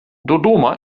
dodoma